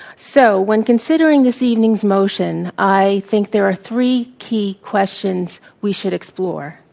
so, when considering this evening's motion, i think there are three key questions we should explore.